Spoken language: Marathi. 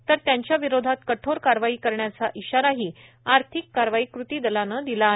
तर त्यांच्याविरोधात कठोर कारवाई करण्याचा इशाराही आर्थिक कारवाई कृती दलानं दिला आहे